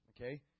okay